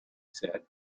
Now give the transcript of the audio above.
said